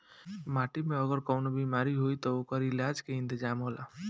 माटी में अगर कवनो बेमारी होई त ओकर इलाज के इंतजाम होला